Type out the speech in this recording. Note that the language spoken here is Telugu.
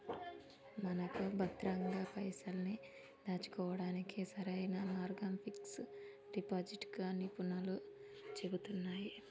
మనకు భద్రంగా పైసల్ని దాచుకోవడానికి సరైన మార్గం ఫిక్స్ డిపాజిట్ గా నిపుణులు చెబుతున్నారు